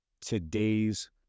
today's